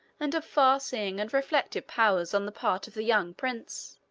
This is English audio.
and of far-seeing and reflective powers on the part of the young prince.